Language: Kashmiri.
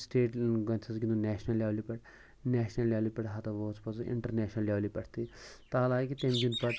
سِٹیٹ گۄڈٕٮ۪تھ گِنٛدُن نیشنَل لیولہِ پٮ۪ٹھ نیشنَل لیولہِ پٮ۪ٹھ ہَتا ووت پَتہٕ سُہ اِنٹَرنیشنَل لیولہِ پٮ۪ٹھ تہِ تہ حالنکہِ تٔمۍ دِنۍ پَتہٕ